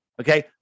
okay